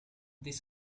this